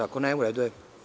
Ako ne, u redu je.